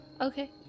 Okay